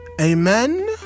amen